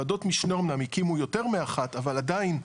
וועדות משנה אמנם, הקימו יותר מאחת, אבל עדיין,